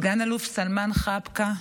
סגן אלוף סלמאן חבקה,